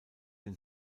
den